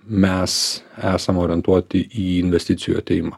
mes esam orientuoti į investicijų atėjimą